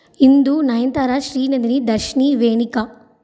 Hindu Nayanthara Srinandini Darshini Venika